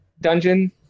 dungeon